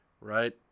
right